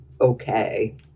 okay